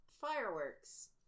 Fireworks